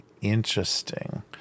Interesting